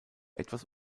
etwas